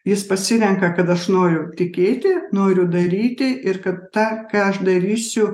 jis pasirenka kad aš noriu tikėti noriu daryti ir kad tą ką aš darysiu